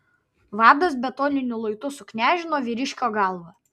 vadas betoniniu luitu suknežino vyriškio galvą